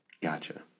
Gotcha